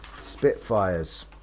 Spitfires